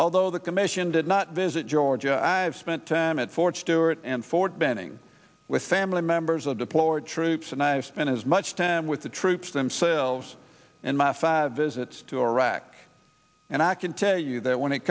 although the commission did not visit georgia i've spent time at fort stewart and fort benning with family members of deployed troops and i have spent as much time with the troops themselves in my five visits to iraq and i can tell you that when it